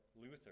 Luther